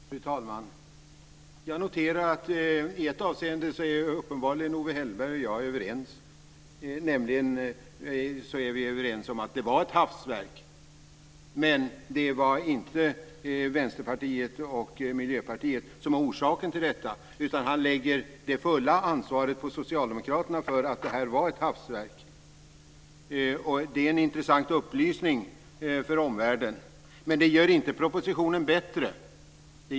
Fru talman! Jag noterar att i ett avseende är uppenbarligen Owe Hellberg och jag överens. Vi är överens om att det var ett hafsverk. Men det var inte Vänsterpartiet och Miljöpartiet som var orsaken till detta. Owe Hellberg lägger det fulla ansvaret på Socialdemokraterna för att det var ett hafsverk. Det är en intressant upplysning för omvärlden. Men det gör inte propositionen bättre.